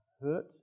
hurt